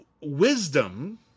Wisdom